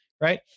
right